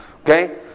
Okay